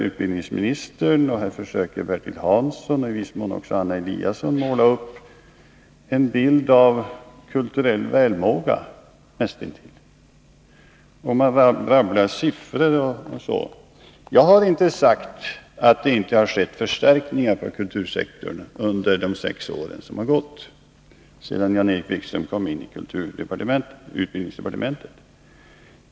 Utbildningsministern, Bertil Hansson och i viss mån också Anna Eliasson försöker måla upp en bild av näst intill kulturell välmåga, och de rabblar siffror. Jag har inte sagt att det inte har skett förstärkningar på kultursektorn under de sex år som har gått sedan Jan-Erik Wikström kom in i utbildningsdepartementet.